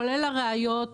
כולל הראיות,